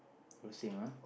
so same ah